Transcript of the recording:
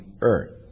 earth